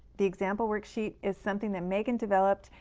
the example worksheet is something that megan developed.